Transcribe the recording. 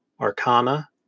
Arcana